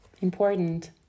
important